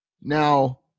Now